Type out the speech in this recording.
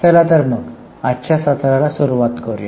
चला तर मग आजच्या सत्राला सुरुवात करूया